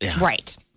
Right